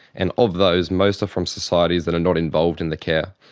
and of those most are from societies that are not involved in the care.